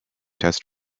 test